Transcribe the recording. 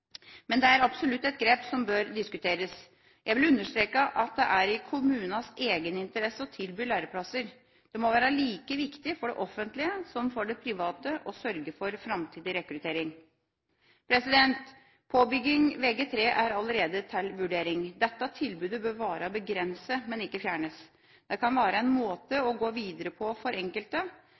men det er absolutt et grep som bør diskuteres. Jeg vil understreke at det er i kommunenes egeninteresse å tilby læreplasser. Det må være like viktig for det offentlige som for det private å sørge for framtidig rekruttering. Vg3 påbygging er allerede til vurdering. Dette tilbudet bør være begrenset, men ikke fjernes. Det kan være en måte å gå videre på for enkelte,